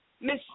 Miss